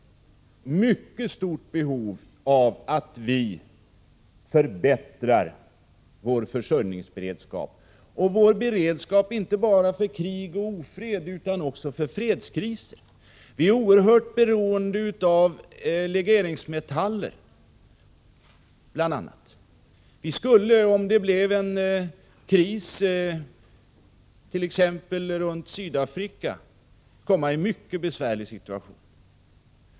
Här finns det ett mycket stort behov av att vi förbättrar vår försörjningsberedskap och vår beredskap inte bara för krig och ofred utan också för fredskriser. Vi är oerhört beroende av bl.a. legeringsmetaller, och vi skulle, om det blev en kris t.ex. runt Sydafrika, komma i en mycket besvärlig situation.